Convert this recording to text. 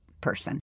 person